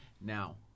now